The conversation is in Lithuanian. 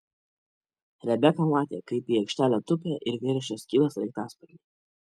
rebeka matė kaip į aikštelę tupia ir vėl iš jos kyla sraigtasparniai